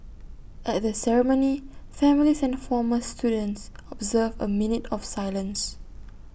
at the ceremony families and former students observed A minute of silence